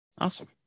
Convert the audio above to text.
Awesome